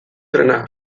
trena